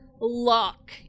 lock